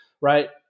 right